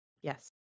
Yes